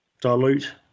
dilute